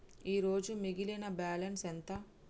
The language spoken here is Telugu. ఈరోజు మిగిలిన బ్యాలెన్స్ ఎంత?